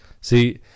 See